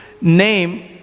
name